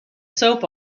soap